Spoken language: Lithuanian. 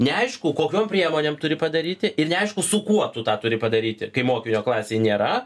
neaišku kokiom priemonėm turi padaryti ir neaišku su kuo tu tą turi padaryti kai mokinio klasėj nėra